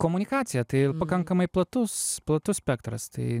komunikacija tai pakankamai platus platus spektras tai